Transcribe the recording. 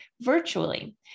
virtually